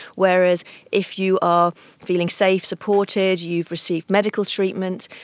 whereas if you are feeling safe, supported, you've received medical treatment,